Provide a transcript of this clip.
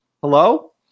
Hello